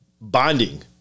bonding